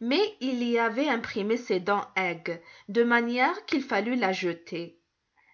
mais il y avait imprimé ses dents aiguës de manière qu'il fallut la jeter